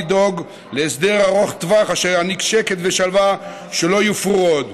לדאוג להסדר ארוך טווח אשר יעניק שקט ושלווה שלא יופרו עוד.